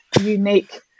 unique